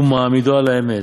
ומעמידו על האמת,